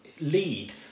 lead